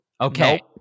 okay